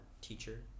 teacher